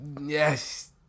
Yes